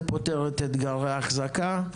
זה פותר את אתגרי ההחזקה,